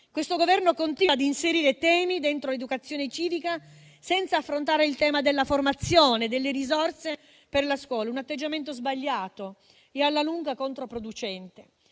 Questo Governo continua ad inserire temi dentro l'educazione civica senza affrontare il tema della formazione, delle risorse per la scuola: un atteggiamento sbagliato e alla lunga controproducente.